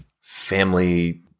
family